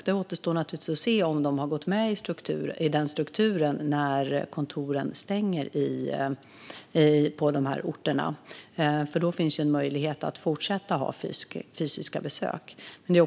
Det återstår naturligtvis att se om de har gått med i den strukturen när kontoren på de här orterna stänger. Då finns det ju en möjlighet att fortsätta ha fysiska besök.